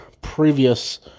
Previous